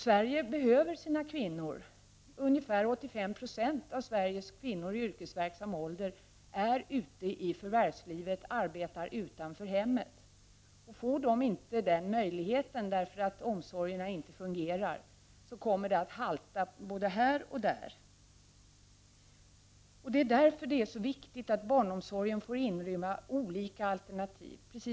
Sverige behöver sina kvinnor. Ungefär 85 70 av Sveriges kvinnor i yrkesverksam ålder är ute i förvärvslivet och arbetar utanför hemmet. Om dessa kvinnor inte får denna möjlighet på grund av att omsorgerna inte fungerar kommer det att halta både här och där. Det är därför som det är så viktigt att barnomsorgen får inrymma olika alternativ.